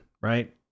right